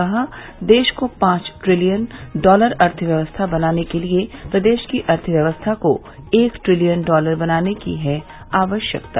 कहा देश को पांच ट्रिलियन डॉलर अर्थव्यवस्था बनाने के लिये प्रदेश की अर्थव्यवस्था को एक ट्रिलियन डॉलर बनाने की है आवश्यकता